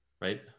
right